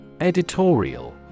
Editorial